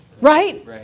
right